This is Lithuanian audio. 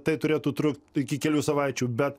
tai turėtų trukt iki kelių savaičių bet